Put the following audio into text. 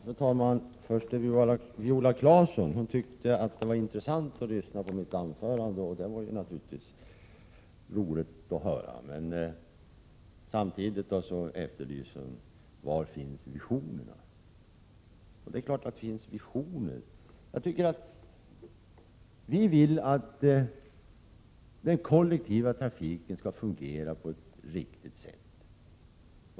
Fru talman! Först till Viola Claesson: Hon tyckte att det var intressant att lyssna på mitt anförande. Det var naturligtvis roligt att höra det. Men samtidigt efterlyser hon var visionerna finns. Det är klart att det finns visioner. Vi vill att den kollektiva trafiken skall fungera på ett riktigt sätt.